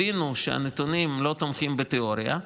הבינו שהנתונים לא תומכים בתיאוריה,